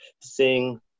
sing